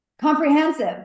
Comprehensive